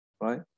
Right